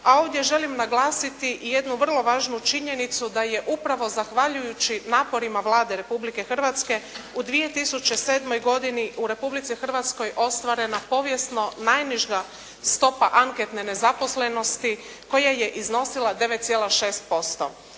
a ovdje želim naglasiti jednu vrlo važnu činjenicu da je upravo zahvaljujući naporima Vlade Republike Hrvatske u 2007. godini u Republici Hrvatskoj ostvarena povijesno najniža stopa anketne nezaposlenosti koja je iznosila 9,6%.